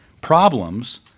problems